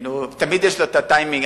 תמיד יש לו טיימינג.